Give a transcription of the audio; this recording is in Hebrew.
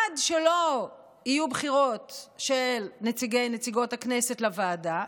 עד שלא יהיו בחירות של נציגי ונציגות הכנסת לוועדה,